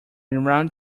round